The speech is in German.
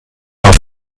auf